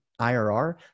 IRR